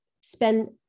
spend